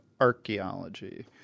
archaeology